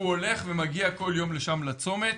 הוא הולך ומגיע כל יום לשם לצומת.